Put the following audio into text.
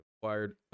acquired